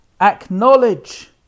acknowledge